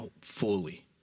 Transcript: fully